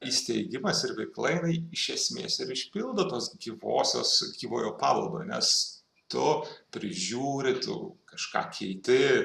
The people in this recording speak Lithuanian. įsteigimas ir veikla iš esmės ir išpildo tos gyvosios gyvojo paveldo nes tu prižiūri tu kažką keiti